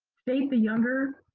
state that younger